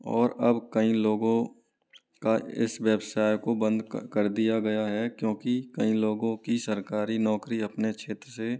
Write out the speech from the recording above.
और अब कई लोगों का इस व्यवसाय को बंद कर दिया गया है क्योंकि कई लोगों की सरकारी नौकरी अपने क्षेत्र से